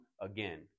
again